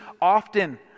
often